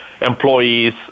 employees